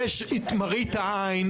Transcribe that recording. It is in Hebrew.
יש את מראית העין.